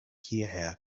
hierher